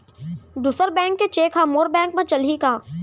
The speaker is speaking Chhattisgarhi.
दूसर बैंक के चेक ह मोर बैंक म चलही का?